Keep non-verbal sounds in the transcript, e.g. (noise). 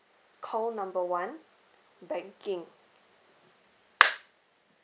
call number one banking (noise)